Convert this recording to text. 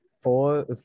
four